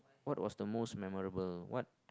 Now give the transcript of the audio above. what was the most memorable what